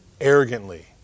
arrogantly